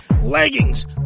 leggings